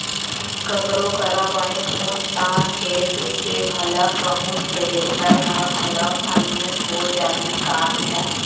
ककरो करा बने पूछ ताछ के देखबे भला कहूँ थेरेसर ह घलौ फाइनेंस हो जाही का बेटा?